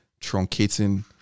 truncating